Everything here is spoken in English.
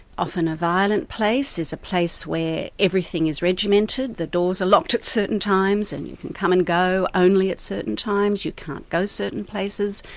often a violent place, it's a place where everything is regimented, the doors are locked at certain times, and you can come and go only at certain times, you can't go certain places,